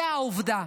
זה עובדה.